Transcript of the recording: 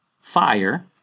fire